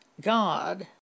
God